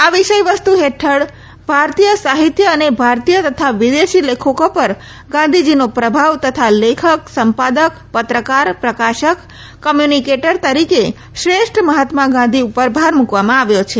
આ વિષય વસ્તુ હેઠળ ભારતીય સાહિત્ય અને ભારતીય તથા વિદેશી લેખકો પર ગાંધીજીનો પ્રભાવ તથા લેખક સંપાદક પત્રકાર પ્રકાશક કોમ્યુનિકેટર તરીકે શ્રેષ્ઠ મહાત્મા ગાંધી ઉપર ભાર મુકવામાં આવ્યો છે